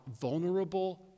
vulnerable